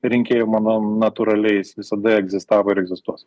rinkėjų mano natūraliais visada egzistavo ir egzistuos